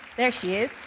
there she is.